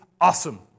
awesome